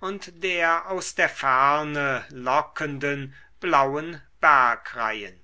und der aus der ferne lockenden blauen bergreihen